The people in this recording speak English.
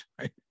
Right